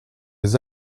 les